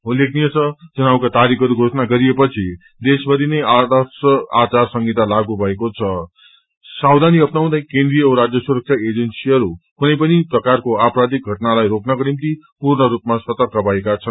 उल्लेखनीय छ चुनावका तारिखहरू घोषणा गरिएपछि देशभरि नै आद्रश आचार संहिता लागू भएको छ सावधानी अप्नाउँदै केन्द्रिय औ राज्य सुरक्षा एजेन्सीहरू केनै पनि प्रकाकरो आपराधिक घटनालाई रोक्नको निम्ति पूर्ण रूपमा सर्तक भएका छन्